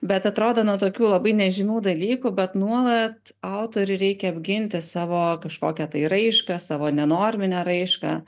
bet atrodo nuo tokių labai nežymių dalykų bet nuolat autoriui reikia apginti savo kažkokią tai raišką savo nenorminę raišką